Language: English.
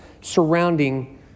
surrounding